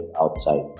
outside